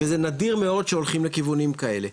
וזה נדיר מאוד שהולכים לכיוונים כאלה.